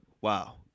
Wow